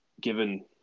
given